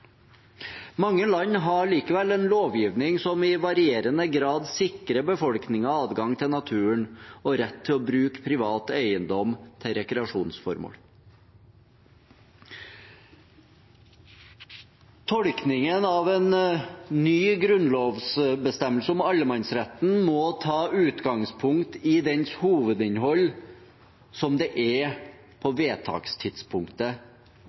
Mange land har likevel en lovgivning som i varierende grad sikrer befolkningen adgang til naturen og rett til å bruke privat eiendom til rekreasjonsformål. Tolkningen av en ny grunnlovsbestemmelse om allemannsretten må ta utgangspunkt i dens hovedinnhold slik det